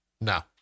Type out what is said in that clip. no